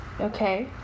Okay